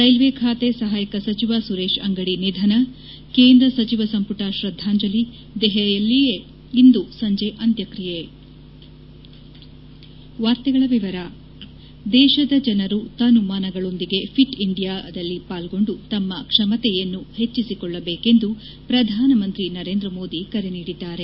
ರೈಲ್ಲೆ ಖಾತೆ ಸಹಾಯಕ ಸಚಿವ ಸುರೇಶ್ ಅಂಗದಿ ನಿಧನ ಕೇಂದ್ರ ಸಚಿವ ಸಂಪುಟ ಶ್ರದ್ಗಾಂಜಲಿ ದೆಹಲಿಯಲ್ಲಿಯೇ ಇಂದು ಸಂಜೆ ಅಂತ್ಯಕ್ರಿಯೆ ದೇಶದ ಜನರು ತನುಮನಗಳೊಂದಿಗೆ ಫಿಟ್ ಇಂಡಿಯಾ ಪಾಲ್ಗೊಂಡು ತಮ್ಮ ಕ್ವಮತೆಯನ್ನು ಹೆಚ್ಚಿಸಿಕೊಳ್ಳಬೇಕೆಂದು ಪ್ರಧಾನಮಂತ್ರಿ ನರೇಂದ ಮೋದಿ ಕರೆ ನೀಡಿದ್ದಾರೆ